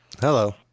Hello